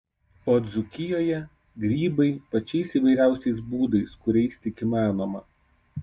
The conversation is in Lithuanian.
o dzūkijoje grybai pačiais įvairiausiais būdais kuriais tik įmanoma